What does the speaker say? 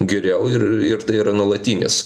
geriau ir ir tai yra nuolatinis